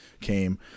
came